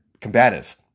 combative